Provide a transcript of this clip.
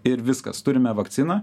ir viskas turime vakciną